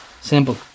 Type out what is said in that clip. Simple